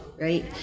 right